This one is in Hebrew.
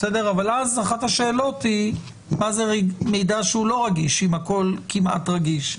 אבל אז אחת השאלות היא מה זה מידע לא רגיש אם כמעט הכול רגיש.